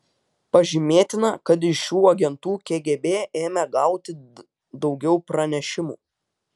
pažymėtina kad iš šių agentų kgb ėmė gauti daugiau pranešimų